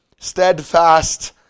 steadfast